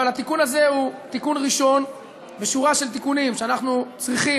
אבל התיקון הזה הוא תיקון ראשון בשורה של תיקונים שאנחנו צריכים,